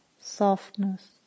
softness